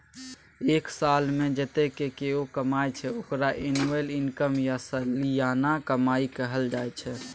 एक सालमे जतेक केओ कमाइ छै ओकरा एनुअल इनकम या सलियाना कमाई कहल जाइ छै